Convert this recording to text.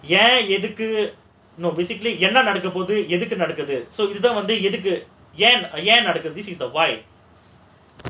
ஏன் எதுக்கு:yaen edhukku no basically என்ன நடக்க போகுது எதுக்கு நடக்குது இது தான் வந்து எதுக்கு ஏன் ஏன் நடக்குது:enna nadakka poguthu edhukku nadakkuthu idhuthaan vandhu edhukku yaen yaen nadakkuthu